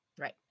Right